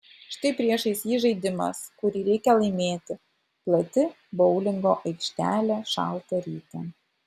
štai priešais jį žaidimas kurį reikia laimėti plati boulingo aikštelė šaltą rytą